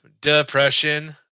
Depression